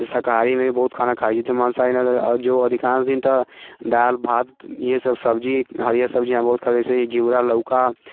जे शाकाहारीमे भी बहुत खाना खाइ छै जे माँसाहरी जो अधिकांश दिन तऽ दालि भात इहे सभ सब्जी हरियर सब्जी इहाँ बहुत खाइ जाइ छै घ्यूरा लौका